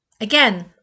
Again